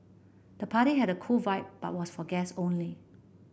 the party had a cool vibe but was for guest only